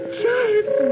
giant